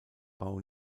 bau